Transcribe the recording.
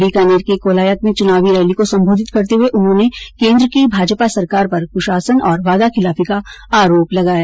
बीकानेर के कोलायत में चुनावी रैली को संबोधित करते हुये उन्होने केन्द्र की भाजपा सरकार पर कुशासन और वादा खिलाफी का आरोप लगाया